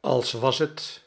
als was het